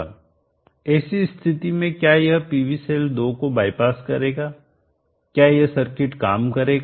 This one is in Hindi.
ऐसी स्थिति में क्या यह पीवी सेल 2 को बाईपास करेगा क्या यह सर्किट काम करेगा